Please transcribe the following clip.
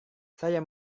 saya